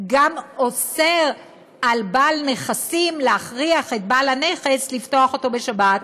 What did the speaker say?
גם על בעל נכס להכריח את מפעיל הנכס לפתוח אותו בשבת,